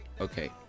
Okay